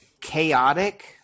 chaotic